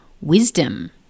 wisdom